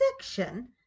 section